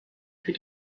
für